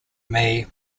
may